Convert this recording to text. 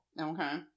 Okay